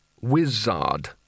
WIZARD